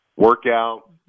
workout